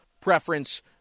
preference